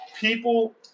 people